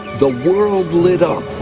the world lit up.